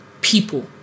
people